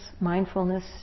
mindfulness